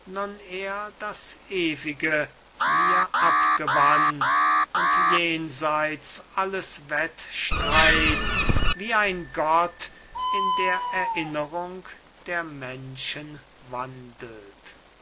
das ewige mir abgewann und jenseits alles wettstreits wie ein gott in der erinnerung der menschen wandelt